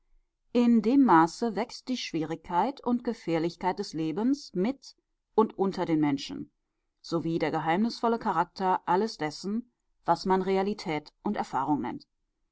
in dem maße wächst die schwierigkeit und gefährlichkeit des lebens mit und unter den menschen sowie der geheimnisvolle charakter alles dessen was man realität und erfahrung nennt